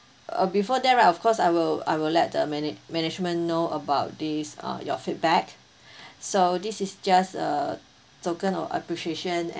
uh before that right of course I will I will let the manag~ management know about these uh your feedback so this is just a token of appreciation